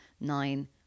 nine